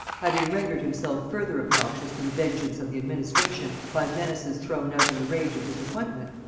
having rendered himself further obnoxious to the vengeance of the administration by menaces thrown out in the rage of disappointment,